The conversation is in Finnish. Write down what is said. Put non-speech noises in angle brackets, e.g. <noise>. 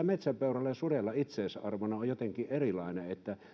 <unintelligible> metsäpeuran ja suden itseisarvo on jotenkin erilainen